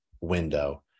window